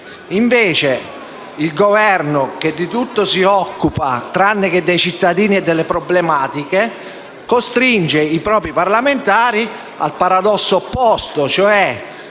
invece il Governo, che di tutto si occupa tranne che dei cittadini e delle problematiche, costringe i propri parlamentari al paradosso opposto, e cioè